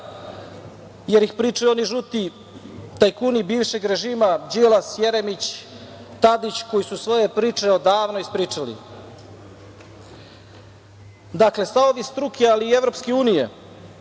jer ih pričaju oni žuti, tajkuni bivšeg režima, Đilas, Jeremić, Tadić koji su svoje priče odavno ispričali. Dakle, stavovi struke, ali i EU su da je